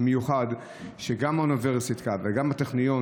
במיוחד שגם האוניברסיטה וגם הטכניון,